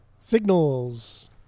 Signals